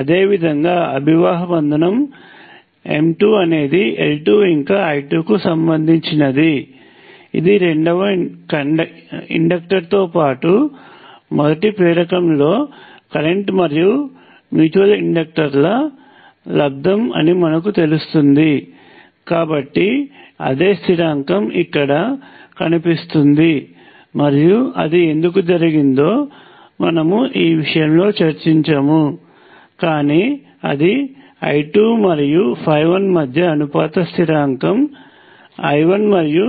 అదేవిధంగా అభివాహ బంధనం M2 అనేది L2 ఇంకా I2 కు సంబంధించినది ఇది రెండవ ఇండక్టర్ తో పాటు మొదటి ప్రేరకంలో కరెంట్ మరియు మ్యూచువల్ ఇండక్టన్స్ల లబ్దం అని తెలుస్తుంది కాబట్టి అదే స్థిరాంకం ఇక్కడ కనిపిస్తుంది మరియు అది ఎందుకు జరిగిందో మనము ఈ విషయంలో చర్చించము కాని అది I2 మరియు ø1 మధ్య అనుపాత స్థిరాంకము I1 మరియు